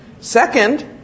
Second